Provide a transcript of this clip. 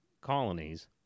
colonies—